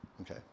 okay